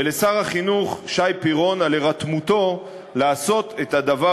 ולשר החינוך שי פירון על הירתמותו לעשות את הדבר